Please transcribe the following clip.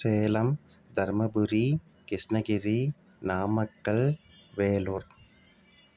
Salem Dharmapuri Krishnagiri Namakkal Vellore